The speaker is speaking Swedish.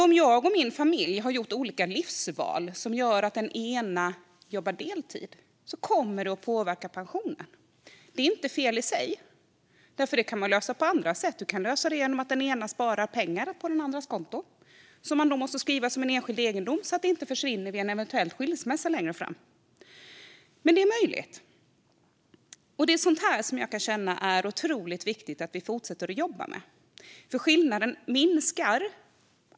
Om jag och min familj har gjort olika livsval som gjort att den ena jobbar deltid kommer det att påverka pensionen. Det är inte fel i sig. Det kan man lösa på andra sätt. Man kan lösa det genom att den ena sparar pengar på den andras konto som man då måste skriva som enskild egendom så att de inte försvinner vid en eventuell skilsmässa längre fram. Det är möjligt. Det är sådant som jag kan känna är otroligt viktigt att vi fortsätter att jobba med. Skillnaden minskar.